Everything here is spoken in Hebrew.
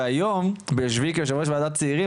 והיום ביושבי כיו"ר ועדת צעירים,